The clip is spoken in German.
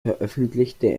veröffentlichte